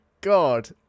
god